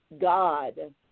God